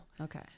Okay